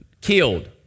killed